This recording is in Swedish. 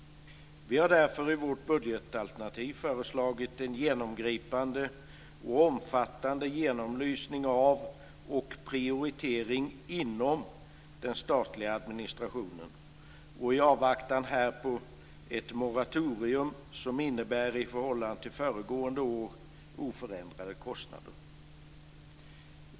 Vi har därför i vårt budgetalternativ föreslagit en genomgripande och omfattande genomlysning av och prioritering inom den statliga administrationen och i avvaktan härpå ett moratorium som i förhållande till föregående år innebär oförändrade kostnader.